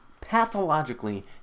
pathologically